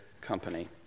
company